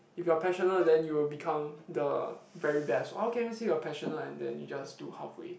if you are passionate then you will become the very best how can you say you are passionate and then you just do halfway